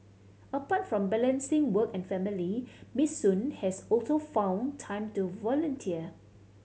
apart from balancing work and family Miss Sun has also found time to volunteer